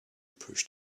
pushed